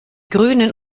grünen